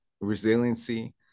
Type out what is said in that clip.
resiliency